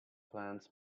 plants